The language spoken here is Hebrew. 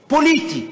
פוליטי,